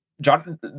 john